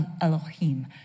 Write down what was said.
Elohim